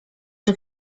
czy